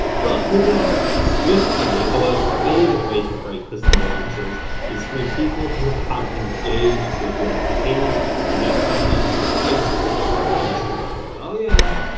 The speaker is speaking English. but moving on swiftly, our favourite way to create custom audiences is through people who have engaged with your page and your content on facebook or instagram. oh yeah!